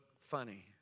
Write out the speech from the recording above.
funny